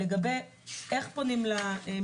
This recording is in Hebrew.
למשל לגבי איך פונים למתלוננת,